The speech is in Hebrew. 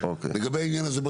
אבל לגבי העניין הזה...